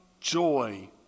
joy